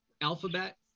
alphabet